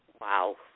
Wow